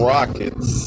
Rockets